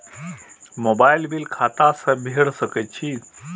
Mobile bill खाता से भेड़ सके छि?